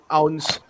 ounce